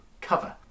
cover